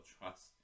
trust